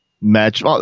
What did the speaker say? match